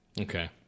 Okay